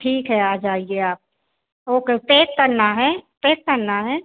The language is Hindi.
ठीक है आ जाइए आप ओके पैक करना है पैक करना है